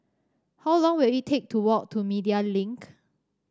how long will it take to walk to Media Link